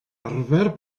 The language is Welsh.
arfer